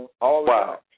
Wow